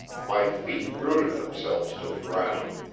my feet rooted themselves to the ground.